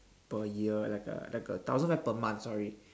per year like a like a thousand five per month sorry